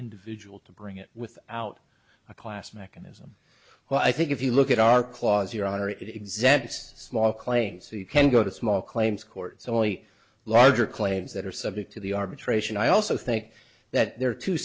individual to bring it without a class mechanism well i think if you look at our clause your honor it exempts small claims so you can go to small claims courts only larger claims that are subject to the arbitration i also think that there are two